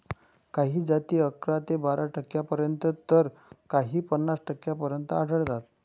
काही जाती अकरा ते बारा टक्क्यांपर्यंत तर काही पन्नास टक्क्यांपर्यंत आढळतात